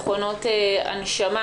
נושא מכונות ההנשמה